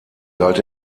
galt